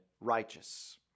righteous